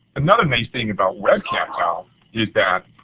another nice thing about web captel is that